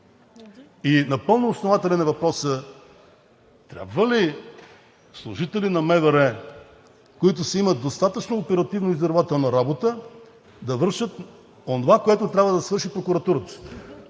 Напълно основателен е въпросът: трябва ли служители на МВР, които си имат достатъчно оперативно-издирвателна работа, да вършат онова, което трябва да свърши прокуратурата?